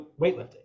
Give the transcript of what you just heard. weightlifting